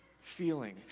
Feeling